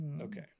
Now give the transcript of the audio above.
okay